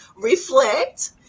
reflect